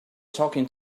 talking